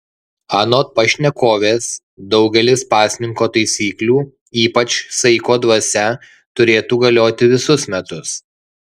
anot pašnekovės daugelis pasninko taisyklių ypač saiko dvasia turėtų galioti visus metus